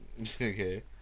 Okay